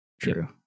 true